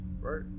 right